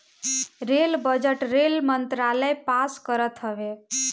rail budget rail मंत्रालय पास करत हवे